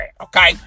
okay